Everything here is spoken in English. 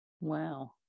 Wow